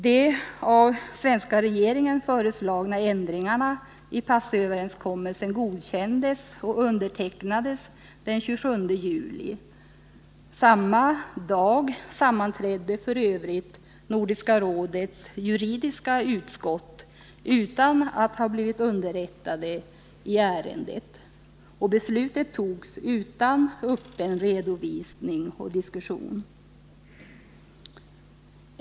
De av svenska regeringen föreslagna ändringarna i passöverenskommelsen godkändes och undertecknades den 27 juli. Samma dag sammanträdde f. ö. Nordiska rådets juridiska utskott utan att ha blivit underrättat i ärendet. Beslutet togs utan öppen redovisning och diskussion.